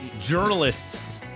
Journalists